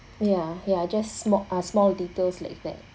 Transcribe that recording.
ya ya just sma~ ah small details like that